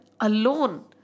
alone